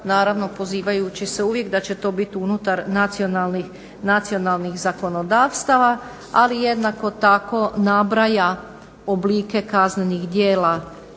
naravno pozivajući se uvijek da će to biti unutar nacionalnih zakonodavstva, ali jednako tako nabraja oblike kaznenih djela